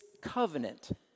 covenant